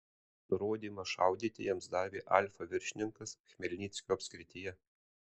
nurodymą šaudyti jiems davė alfa viršininkas chmelnyckio apskrityje